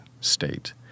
state